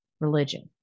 religion